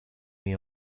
may